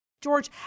George